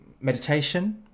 meditation